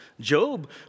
Job